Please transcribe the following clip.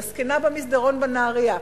הזקנה במסדרון בנהרייה.